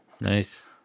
Nice